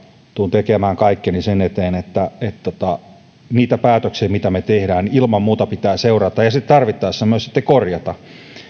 tekemään kaikkeni sen eteen että niitä päätöksiä mitä me teemme pitää seurata ja sitten tarvittaessa myös korjata